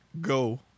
go